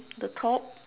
the top